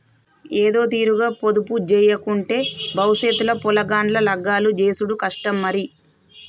ఏదోతీరుగ పొదుపుజేయకుంటే బవుసెత్ ల పొలగాండ్ల లగ్గాలు జేసుడు కష్టం మరి